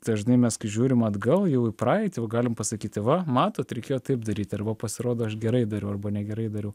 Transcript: dažnai mes kai žiūrim atgal jau į praeitį jau galim pasakyti va matot reikėjo taip daryti arba pasirodo aš gerai dariau arba negerai dariau